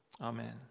Amen